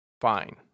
fine